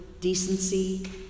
decency